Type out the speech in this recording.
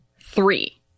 three